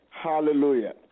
Hallelujah